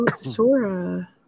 Sora